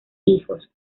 hijos